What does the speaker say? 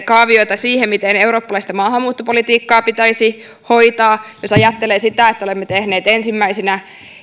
kaaviota siitä miten eurooppalaista maahanmuuttopolitiikkaa pitäisi hoitaa jos ajattelee sitä että olemme tehneet ensimmäisinä